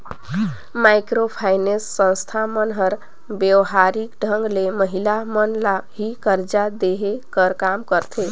micro finance संस्था मन हर बेवहारिक ढंग ले महिला मन ल ही करजा देहे कर काम करथे